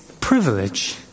privilege